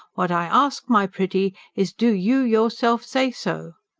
what i ask, my pretty, is do you yourself say so?